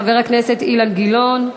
חבר הכנסת אילן גילאון,